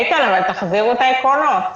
איתן, תחזירו את העקרונות.